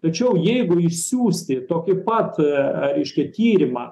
tačiau jeigu siųsti tokį pat reiškia tyrimą